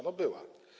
No, była.